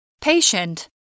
Patient